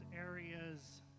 Areas